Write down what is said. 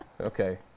okay